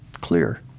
clear